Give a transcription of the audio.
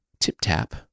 tip-tap